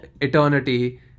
eternity